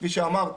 כפי שאמרתי,